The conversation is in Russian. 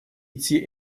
идти